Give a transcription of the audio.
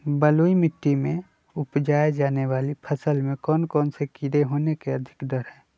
बलुई मिट्टी में उपजाय जाने वाली फसल में कौन कौन से कीड़े होने के अधिक डर हैं?